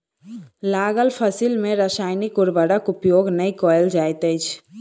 लागल फसिल में रासायनिक उर्वरक उपयोग नै कयल जाइत अछि